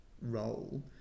role